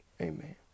Amen